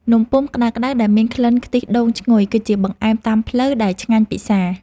នំពុម្ពក្តៅៗដែលមានក្លិនខ្ទិះដូងឈ្ងុយ គឺជាបង្អែមតាមផ្លូវដែលឆ្ងាញ់ពិសា។